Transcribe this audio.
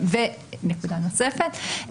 ונקודה נוספת,